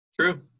True